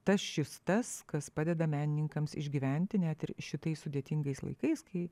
tas šis tas kas padeda menininkams išgyventi net ir šitais sudėtingais laikais kai